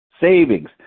savings